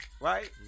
right